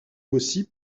aussi